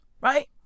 right